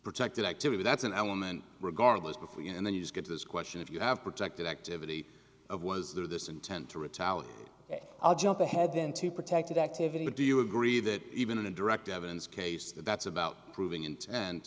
protected activity that's an element regardless before you and then you get this question if you have protected activity of was there this intent to retaliate i'll jump ahead then to protect activity but do you agree that even a direct evidence case that's about proving intent and